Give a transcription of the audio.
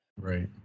Right